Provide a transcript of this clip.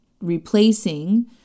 replacing